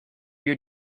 your